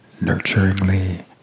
nurturingly